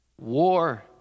war